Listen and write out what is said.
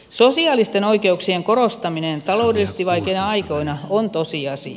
sosiaalisten oikeuksien korostaminen taloudellisesti vaikeina aikoina on tosiasia